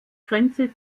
grenze